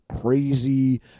crazy